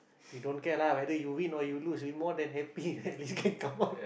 we don't care lah whether you win or you lose we more than happy when this game come out